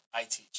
iTeach